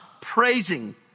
praising